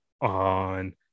on